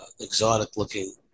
exotic-looking